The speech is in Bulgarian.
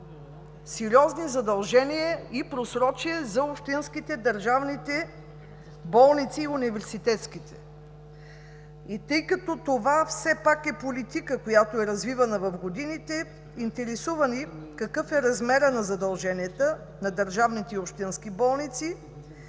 сериозни задължения и просрочия за общинските, държавните и университетските болници. И тъй като това все пак е политика, която е развивана в годините, интересува ни: какъв е размерът на задълженията на държавните и общински болници.